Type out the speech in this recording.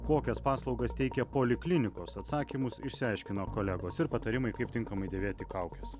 kokias paslaugas teikia poliklinikos atsakymus išsiaiškino kolegos ir patarimai kaip tinkamai dėvėti kaukes